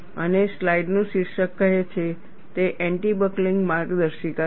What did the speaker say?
અને સ્લાઇડનું શીર્ષક કહે છે તે એન્ટી બકલિંગ માર્ગદર્શિકા છે